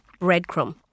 breadcrumb